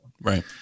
Right